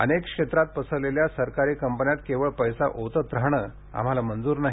अनेक क्षेत्रात पसरलेल्या सरकारी कंपन्यात केवळ पैसा ओतत राहणे आम्हाला मंजूर नाही